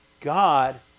God